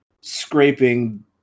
scraping